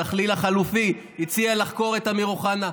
שהדחליל החלופי הציע לחקור את אמיר אוחנה.